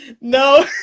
No